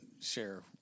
share